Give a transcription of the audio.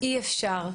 אי אפשר,